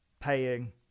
paying